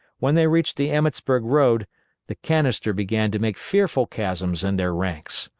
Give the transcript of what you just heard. when they reached the emmetsburg road the canister began to make fearful chasms in their ranks.